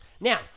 Now